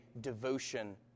...devotion